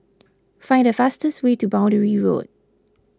find the fastest way to Boundary Road